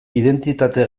identitate